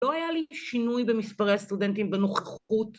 ‫לא היה לי שינוי במספרי הסטודנטים ‫בנוכחות.